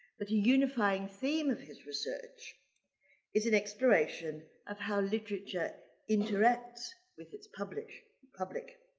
but a unifying theme of his research is an exploration of how literature interacts with its public public.